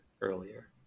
earlier